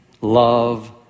love